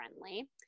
friendly